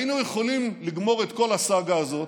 היינו יכולים לגמור את כל הסאגה הזאת,